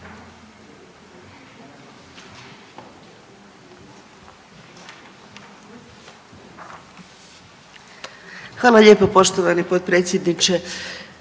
Hvala lijepa poštovani potpredsjedniče.